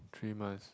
three months